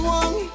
one